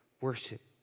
worship